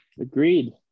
Agreed